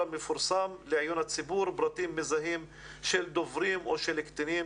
המפורסם לעיון הציבור פרטים מזהים של דוברים או של קטינים